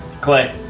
Clay